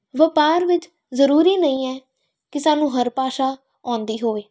ਵਪਾਰ ਵਿੱਚ ਜ਼ਰੂਰੀ ਨਹੀਂ ਹੈ ਕਿ ਸਾਨੂੰ ਹਰ ਭਾਸ਼ਾ ਆਉਂਦੀ ਹੋਵੇ